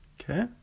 Okay